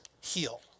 heal